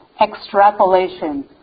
extrapolation